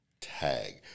tag